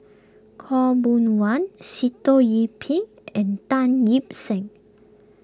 Khaw Boon Wan Sitoh Yih Pin and Tan Ip Seng